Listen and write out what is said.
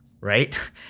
right